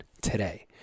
today